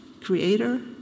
creator